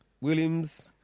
Williams